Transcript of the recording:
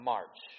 March